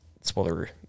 Spoiler